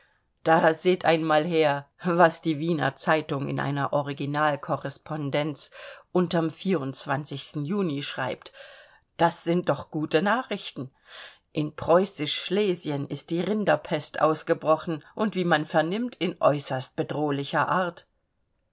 da seht einmal her was die wiener zeitung in einer originalkorrespondenz unterm juni schreibt das sind doch gute nachrichten in preußisch schlesien ist die rinderpest ausgebrochen und wie man vernimmt in äußerst bedrohlicher art